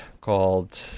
called